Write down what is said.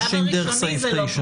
נמשיך.